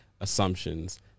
assumptions